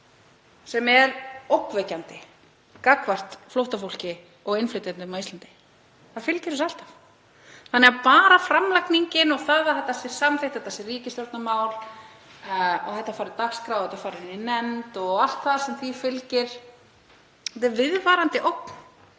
sem er ógnvekjandi gagnvart flóttafólki og innflytjendum á Íslandi. Það fylgir þessu alltaf. Þannig að bara framlagningin og að þetta sé samþykkt, að þetta sé ríkisstjórnarmál og það fari á dagskrá og til nefndar og allt það sem því fylgir, þetta er viðvarandi ógn